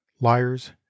liars